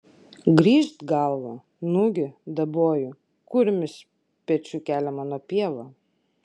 grįžt galvą nugi daboju kurmis pečiu kelia mano pievą